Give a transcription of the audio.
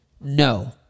no